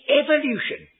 evolution